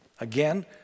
Again